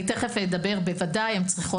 תכף אדבר על זה, בוודאי, הן צריכות הכשרה.